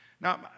Now